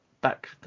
back